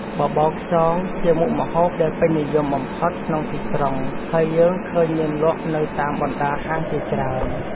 បបរខ្យងជាមុខម្ហូបដែលពេញនិយមបំផុតក្នុងទីក្រុង ហើយយើងឃើញមានលក់នៅតាមបណ្តាហាងជាច្រើន។